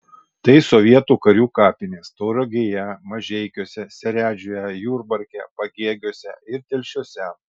tai sovietų karių kapinės tauragėje mažeikiuose seredžiuje jurbarke pagėgiuose ir telšiuose